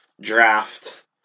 draft